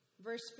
verse